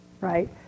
right